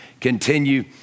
continue